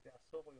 עשור?